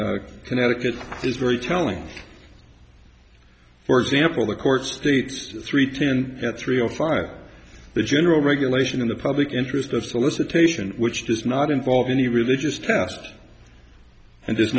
to connecticut is very telling for example the court states three ten at three or five the general regulation of the public interest of solicitation which does not involve any religious test and